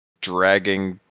dragging